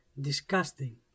Disgusting